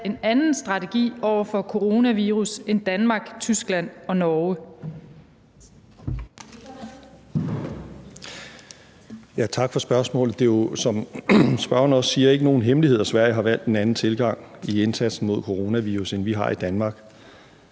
en anden strategi overfor coronavirus end Danmark, Tyskland og Norge?